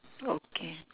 okay